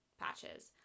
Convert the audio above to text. patches